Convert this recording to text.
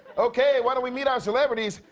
okay, why don't we meet our celebrities.